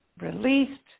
released